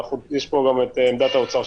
אבל יש פה גם את עמדת האוצר,